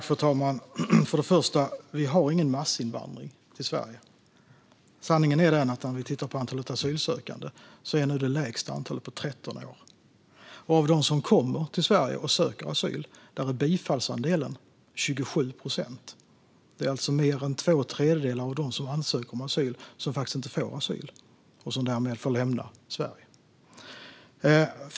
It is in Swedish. Fru talman! Vi har ingen massinvandring till Sverige. Sanningen är att antalet asylsökande är det lägsta på 13 år, och av dem som kommer till Sverige och söker asyl är bifallsandelen 27 procent. Det är alltså mer än två tredjedelar av dem som ansöker om asyl som faktiskt inte får asyl och som därmed får lämna Sverige.